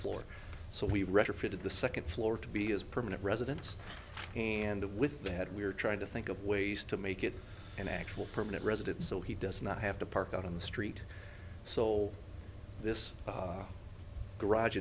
floor so we retrofitted the second floor to be as permanent residence and with that we're trying to think of ways to make it an actual permanent resident so he does not have to park out on the street so this garage